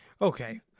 Okay